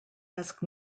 ask